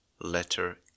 letter